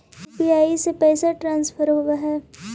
UPI से पैसा transfer होवहै?